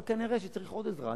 אבל כנראה צריך עוד עזרה.